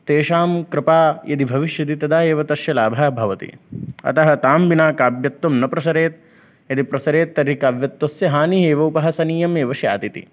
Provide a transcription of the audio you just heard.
तेषां कृपा यदि भविष्यति तदा एव तस्य लाभः भवति अतः तां विना काव्यत्वं न प्रसरेत् यदि प्रसरेत् तर्हि काव्यत्वस्य हानिः एव उपहसनीयम् एव स्यात् इति